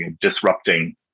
disrupting